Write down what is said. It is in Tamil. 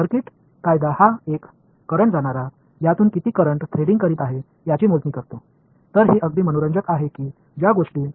சர்கியூட் லா இது ஒரு மின்னோட்டமாக இருந்தது இதன் மூலம் எவ்வளவு மின்னோட்டம் உள்ளது என்பதைக் கணக்கிடுகிறேன்